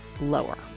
lower